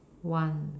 one